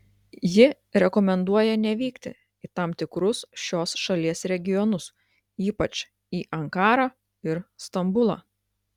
ji rekomenduoja nevykti į tam tikrus šios šalies regionus ypač į ankarą ir stambulą